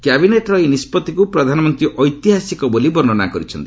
କ୍ୟାବିନେଟ୍ର ଏହି ନିଷ୍ପତ୍ତିକୁ ପ୍ରଧାନମନ୍ତ୍ରୀ ଐତିହାସିକ ବୋଲି ବର୍ଷ୍ଣନା କରିଛନ୍ତି